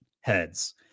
heads